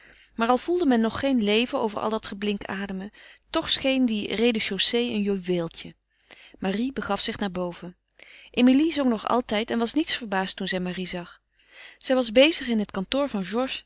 maar al voelde men nog geen leven over al dat geblink ademen toch scheen die rez de chausée een juweeltje marie begaf zich naar boven emilie zong nog altijd en was niets verbaasd toen zij marie zag zij was bezig in het kantoor van